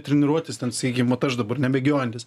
treniruotis ten saykim vat aš dabar nebėgiojantis